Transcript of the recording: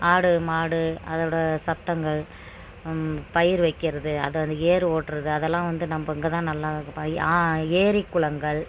ஆடு மாடு அதோடய சத்தங்கள் பயிர் வைக்கிறது அதாவது ஏர் ஓட்டுறது அதெல்லாம் வந்து நம்ம இங்கே தான் நல்லா இருக்குது ப ஆ ஏரி குளங்கள்